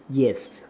yes